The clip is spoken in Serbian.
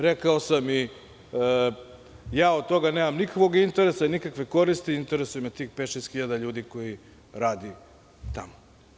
Rekao sam, ja od toga nemam nikakvog interesa, nikakve koristi, interesuje me tih pet, šest hiljada ljudi koji radi tamo.